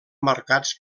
marcats